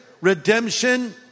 redemption